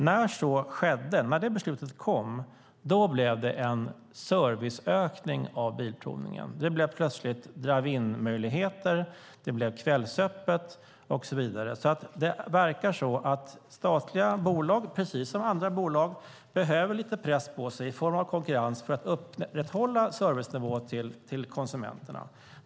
När det beslutet kom uppstod en serviceökning inom Bilprovningen. Det fanns plötsligt drive-in-möjligheter, det blev kvällsöppet och så vidare. Det verkar som att statliga bolag precis som andra bolag behöver lite press på sig i form av konkurrens för att upprätthålla servicenivån till konsumenterna.